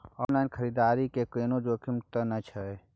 Online खरीददारी में कोनो जोखिम त नय छै?